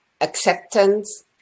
acceptance